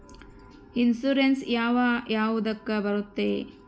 Insurance ಯಾವ ಯಾವುದಕ್ಕ ಬರುತ್ತೆ?